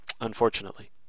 unfortunately